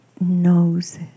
knows